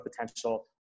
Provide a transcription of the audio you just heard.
potential